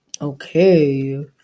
Okay